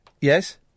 Yes